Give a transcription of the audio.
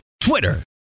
Twitter